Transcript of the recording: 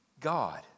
God